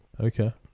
Okay